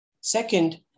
Second